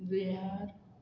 Bihar